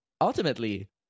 ultimately